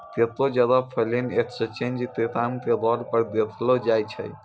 केत्तै जगह foreign exchange के काम के तौर पर देखलो जाय छै